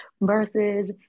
versus